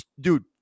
dude